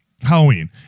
Halloween